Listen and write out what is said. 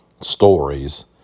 stories